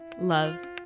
love